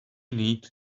need